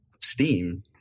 Steam